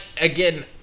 again